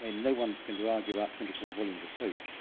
i mean no one's going to argue about twenty four volumes of pope.